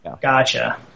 Gotcha